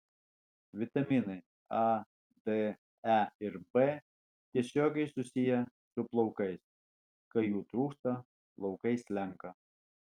vitaminai a d e ir b tiesiogiai susiję su plaukais kai jų trūksta plaukai slenka